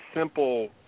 simple